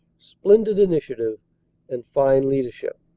splendid initiative and fine leadership.